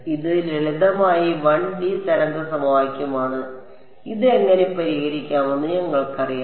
ഇത് ലളിതമായ 1D തരംഗ സമവാക്യമാണ് ഇത് എങ്ങനെ പരിഹരിക്കാമെന്ന് ഞങ്ങൾക്കറിയാം